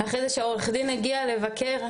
אחרי זה כשעורך הדין הגיע לבקר,